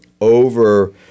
over